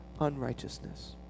unrighteousness